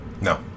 No